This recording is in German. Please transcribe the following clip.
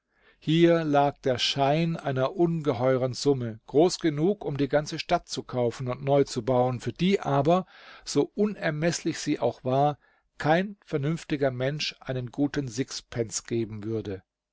hier lag der schein einer ungeheuren summe groß genug um die ganze stadt zu kaufen und neu zu bauen für die aber so unermeßlich sie auch war kein vernünftiger mensch einen guten sixpence geben würde